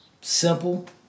simple